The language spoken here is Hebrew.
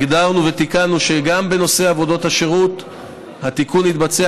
תיקנו וקבענו שגם בנושא עבודות השירות התיקון יתבצע